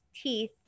teeth